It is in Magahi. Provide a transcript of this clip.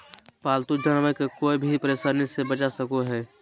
पालतू जानवर के कोय भी परेशानी से बचा सको हइ